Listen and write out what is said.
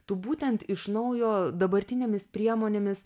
tu būtent iš naujo dabartinėmis priemonėmis